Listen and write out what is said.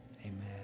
amen